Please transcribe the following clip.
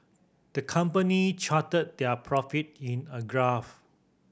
the company charted their profit in a graph